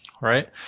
Right